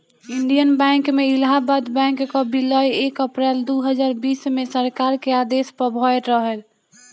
Indian bank में Allahabad bank कअ विलय एक अप्रैल दू हजार बीस में सरकार के आदेश पअ भयल रहे